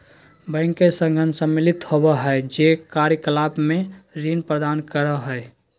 bank के संघ सम्मिलित होबो हइ जे कार्य कलाप में ऋण प्रदान करो हइ